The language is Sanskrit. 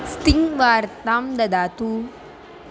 स्तिङ्ग् वार्तां ददातु